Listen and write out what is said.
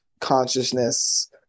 consciousness